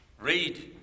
Read